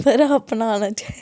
अपनाना चाहिदा